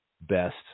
best